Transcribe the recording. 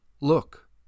Look